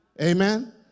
amen